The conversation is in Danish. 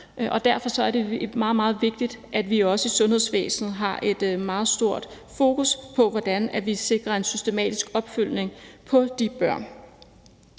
meget, meget vigtigt, at vi også i sundhedsvæsenet har et meget stort fokus på, hvordan vi sikrer en systematisk opfølgning på de børn.